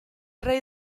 rey